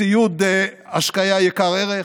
ציוד השקיה יקר ערך,